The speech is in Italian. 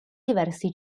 diversi